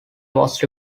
was